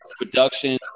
Production